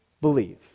believe